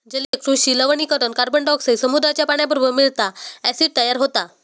जलीय कृषि लवणीकरण कार्बनडायॉक्साईड समुद्राच्या पाण्याबरोबर मिळता, ॲसिड तयार होता